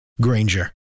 Granger